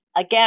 again